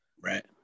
Right